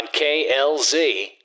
KLZ